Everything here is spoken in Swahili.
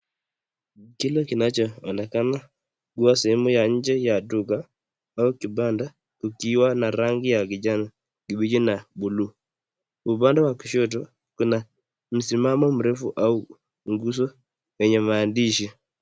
Kile kinachoonekana ,huwa sehemu ya nje ya duka au kibanda ukiwa na rangi ya kijano kibishi na buluu, upande wa kushoto kuna msimamo mrefu au mgoso yenye maandishi.